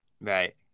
Right